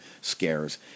scares